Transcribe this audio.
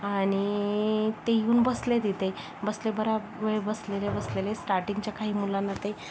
आणि ते येऊन बसले तिथे बसले बरा वेळ बसलेले बसलेले स्टार्टिंगच्या काही मुलांना ते